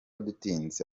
dutinze